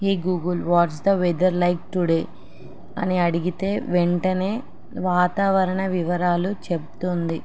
ఈ Google what's the weather like today అని అడిగితే వెంటనే వాతావరణ వివరాలు చెబుతుంది